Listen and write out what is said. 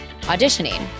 auditioning